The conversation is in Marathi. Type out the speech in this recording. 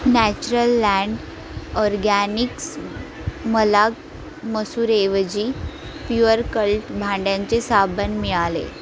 नॅचरललँड ऑरगॅनिक्स मला मसूर ऐवजी प्युअर कल्ट भांड्यांचे साबण मिळाले